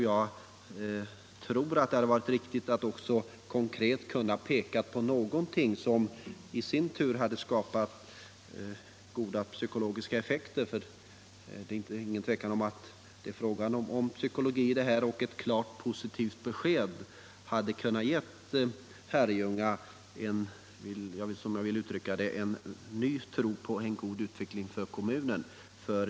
Jag tror att det hade varit viktigt att också konkret peka på någonting som hade kunnat skapa goda psykologiska effekter. Det är nämligen inget tvivel om att det här också är fråga om psykologi. Ett klart positivt besked hade kunnat ge Herrljunga en ny tro på en god utveckling för kommunen.